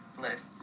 list